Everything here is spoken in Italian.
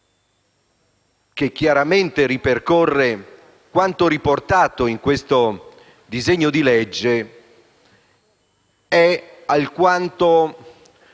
che chiaramente ripercorre quanto riportato in questo disegno di legge, è a mio